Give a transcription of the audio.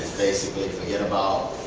basically forget about